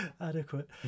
adequate